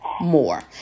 more